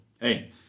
hey